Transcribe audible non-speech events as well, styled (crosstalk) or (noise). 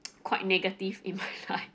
(noise) quite negative in my life (laughs)